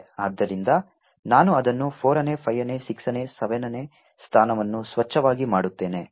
ಆದ್ದರಿಂದ ನಾನು ಅದನ್ನು 4 ನೇ 5 ನೇ 6 ನೇ 7 ನೇ ಸ್ಥಾನವನ್ನು ಸ್ವಚ್ಛವಾಗಿ ಮಾಡುತ್ತೇನೆ